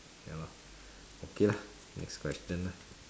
ya lah okay lah next question lah